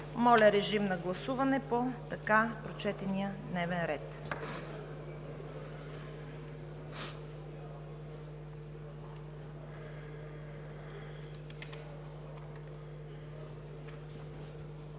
Моля режим на гласуване по така прочетения дневен ред.